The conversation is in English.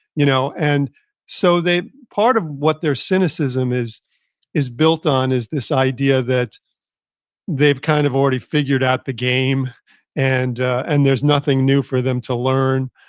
you know and so part of what their cynicism is is built on is this idea that they've kind of already figured out the game and and there's nothing new for them to learn.